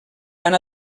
van